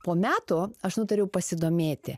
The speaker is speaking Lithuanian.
po metų aš nutariau pasidomėti